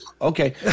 okay